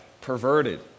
perverted